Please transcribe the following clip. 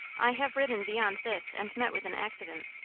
i have ridden beyond this, and met with an accident.